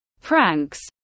pranks